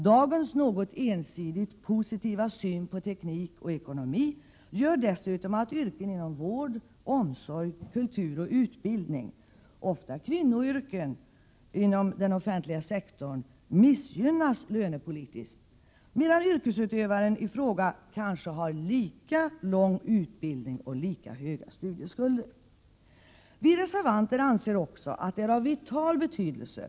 Dagens något ensidigt positiva syn på teknik och ekonomi gör dessutom att yrken inom vård och omsorg, kultur och utbildning — ofta kvinnoyrken inom den offentliga sektorn — missgynnas lönepolitiskt, medan yrkesutövaren i fråga kanske har lika lång utbildning och lika stora studieskulder som de lönemässigt gynnade. Vi reservanter anser också att skattesystemets utformning är av vital Prot.